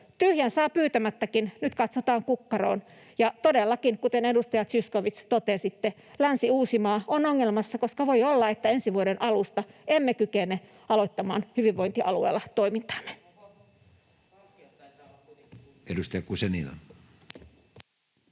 Tyhjän saa pyytämättäkin. Nyt katsotaan kukkaroon. Ja todellakin — kuten totesitte, edustaja Zyskowicz — Länsi-Uusimaa on ongelmissa, koska voi olla, että ensi vuoden alusta emme kykene aloittamaan hyvinvointialueella toimintaamme. [Leena Meri: